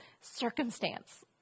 circumstance